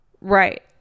Right